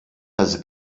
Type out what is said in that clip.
das